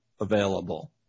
available